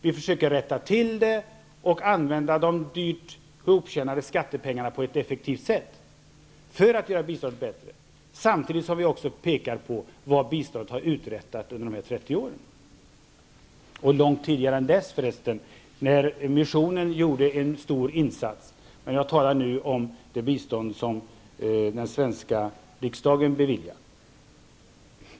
Vi försöker rätta till det och använda de dyrt ihoptjänade skattepengarna på ett effektivt sätt för att göra biståndet bättre, samtidigt som vi också påpekar vad biståndet har uträttat under dessa 30 år, och långt tidigare för resten när missionen gjorde en stor insats. Men nu talar jag om det bistånd som den svenska riksdagen beviljar.